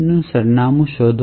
નું સરનામું શોધી શકીએ